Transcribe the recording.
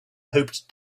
hoped